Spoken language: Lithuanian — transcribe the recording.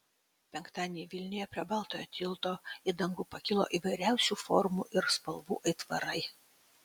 penktadienį vilniuje prie baltojo tilto į dangų pakilo įvairiausių formų ir spalvų aitvarai